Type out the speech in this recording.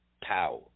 power